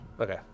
Okay